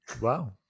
Wow